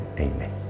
Amen